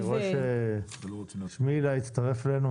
אני רואה ששמילה הצטרף אלינו,